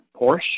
porsche